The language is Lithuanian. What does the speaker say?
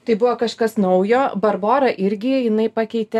tai buvo kažkas naujo barbora irgi jinai pakeitė